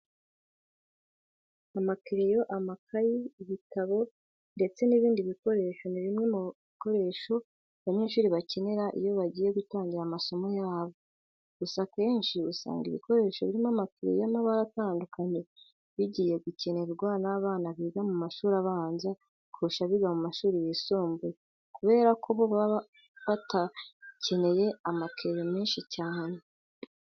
Amakereyo, amakayi, ibitabo ndetse n'ibindi bikoresho ni bimwe mu bikoresho abanyeshuri bakenera iyo bagiye gutangira amasomo yabo. Gusa akenshi usanga ibikoresho birimo amakereyo y'amabara atandukanye bigiye gukenerwa n'abana biga mu mashuri abanza kurusha abiga mu mashuri yisumbuye, kubera ko bo baba batagikeneye amakereyo menshi cyane.